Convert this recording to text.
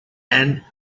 and